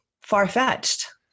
far-fetched